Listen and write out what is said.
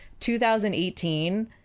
2018